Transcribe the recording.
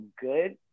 good